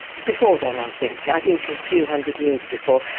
before then i think, i think a few hundred years before.